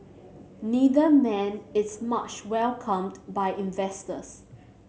neither man is much welcomed by investors